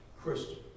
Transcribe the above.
Christian